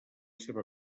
seva